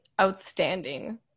outstanding